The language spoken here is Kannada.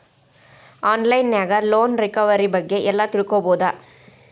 ಆನ್ ಲೈನ್ ನ್ಯಾಗ ಲೊನ್ ರಿಕವರಿ ಬಗ್ಗೆ ಎಲ್ಲಾ ತಿಳ್ಕೊಬೊದು